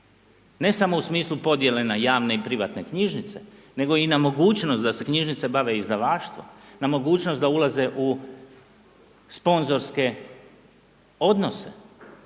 Ne samo u smislu podjele na javne i privatne knjižnice nego i na mogućnost da se knjižnice bave izdavaštvom, na mogućnost da ulaze u sponzorske odnose,